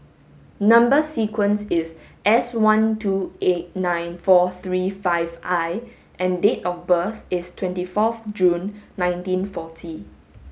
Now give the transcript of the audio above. number sequence is S one two eight nine four three five I and date of birth is twenty fourth June nineteen forty